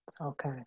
Okay